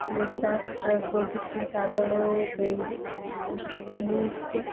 લેતા પ્રોજેક્ટના કાગળો પેન બુક